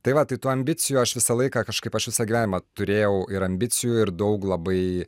tai va tai tų ambicijų aš visą laiką kažkaip aš visą gyvenimą turėjau ir ambicijų ir daug labai